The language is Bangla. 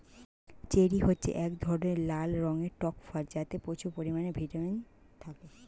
চেরি হচ্ছে এক ধরনের লাল রঙের টক ফল যাতে প্রচুর পরিমাণে ভিটামিন থাকে